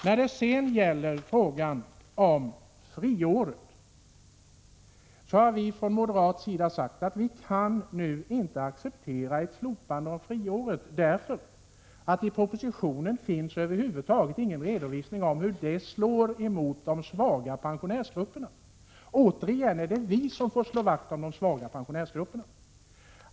När det sedan gäller frågan om friåret har vi från moderat sida sagt att vi inte kan acceptera ett slopande av friåret, därför att det i propositionen över huvud taget inte finns någon redovisning av hur det slår emot de svaga pensionärsgrupperna. Återigen är det vi som får slå vakt om dem.